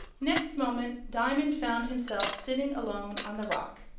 next moment diamond found himself sitting alone on the rock.